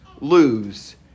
lose